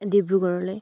ডিব্ৰুগড়লৈ